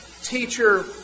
Teacher